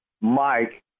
Mike